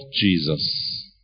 Jesus